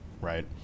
right